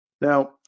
Now